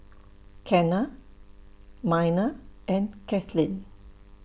Kenna Miner and Kaitlyn